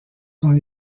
son